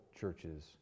churches